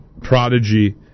prodigy